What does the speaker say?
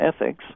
ethics